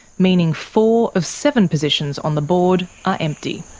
meaning four of seven positions on the board are empty.